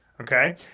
Okay